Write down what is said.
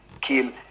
kill